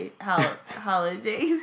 holidays